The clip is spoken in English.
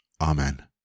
Amen